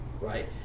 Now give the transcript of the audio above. right